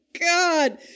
God